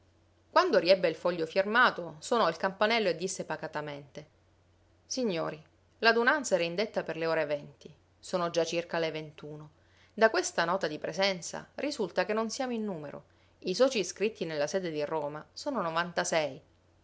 quando riebbe il foglio firmato sonò il campanello e disse pacatamente signori l'adunanza era indetta per le ore sono già circa le a questa nota di presenza risulta che non siamo in numero i soci iscritti nella sede di roma sono novantasei